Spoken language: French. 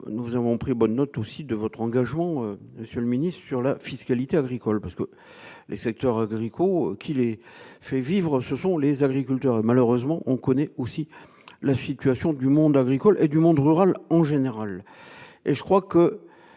nous avons pris bonne note aussi de votre engagement, monsieur le Ministre, sur la fiscalité agricole parce que les secteurs agricoles qui les fait vivre ce sont les agriculteurs, malheureusement, on connaît aussi la situation du monde agricole et du monde rural en général et je crois que